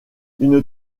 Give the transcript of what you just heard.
une